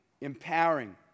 empowering